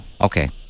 Okay